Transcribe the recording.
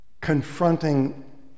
confronting